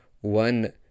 one